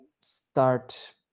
start